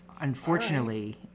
Unfortunately